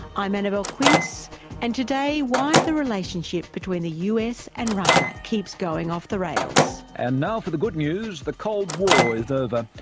i'm annabelle quince and today why the relationship between the us and russia keeps going off the rails. and now for the good news the cold war is over.